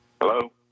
Hello